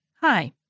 Hi